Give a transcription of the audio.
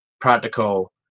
practical